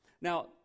Now